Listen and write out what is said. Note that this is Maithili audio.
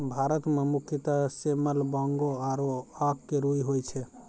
भारत मं मुख्यतः सेमल, बांगो आरो आक के रूई होय छै